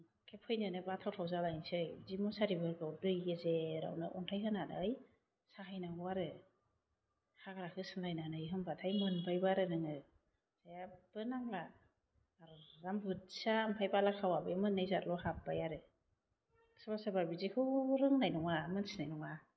एखे फैनोनो बाथाव थाव जालायसै बिदि मुसारिफोरखौ दै गेजेरावनो अन्थाइ होनानै साहैनांगौ आरो हाग्रा होसिनलायनानै होनबाथाय मोनबायबो आरो नोङो जेबबो नांला आराम बोथिया आमफ्राइ बालाखावा बे मोनै जाथल' हाबबाय आरो सोरबा सोरबा बिदिखौ रोंनाय नङा मोनथिनाय नङा